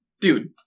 dude